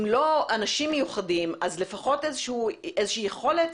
אם לא אנשים מיוחדים אז לפחות איזושהי יכולת